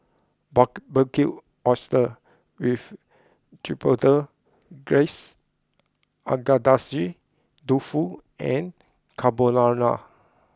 Barbecued Oysters with Chipotle Glaze Agedashi Dofu and Carbonara